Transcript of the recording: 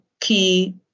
key